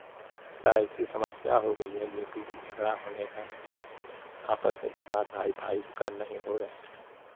सा ऐसी समस्या हो गई है जो कि झगड़ा होने का आपस में विवाद भाई भाई का नहीं हो रहे हैं